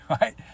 right